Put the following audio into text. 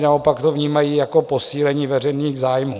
Naopak to vnímají jako posílení veřejných zájmů.